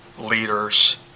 leaders